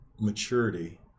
maturity